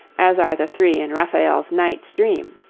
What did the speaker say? as are the three in raphael's knight's dream